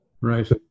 Right